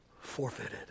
forfeited